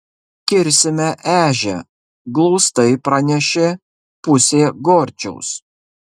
kirsime ežią glaustai pranešė pusė gorčiaus